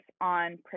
on